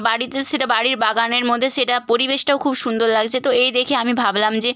বাড়িতে সেটা বাড়ির বাগানের মধ্যে সেটা পরিবেশটাও খুব সুন্দর লাগছে তো এই দেখে আমি ভাবলাম যে